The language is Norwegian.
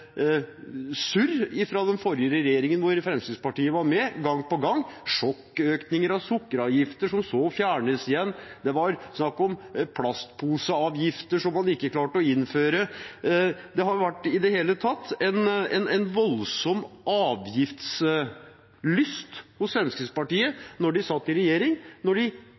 fra den forrige regjeringen, hvor Fremskrittspartiet var med, gang på gang – sjokkøkninger av sukkeravgiften som så fjernes igjen, det var snakk om plastposeavgifter som man ikke klarte å innføre, det har i det hele tatt vært en voldsom avgiftslyst hos Fremskrittspartiet da de satt i regjering. Når de